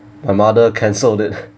my mother cancelled it